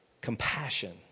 compassion